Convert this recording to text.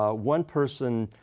ah one person,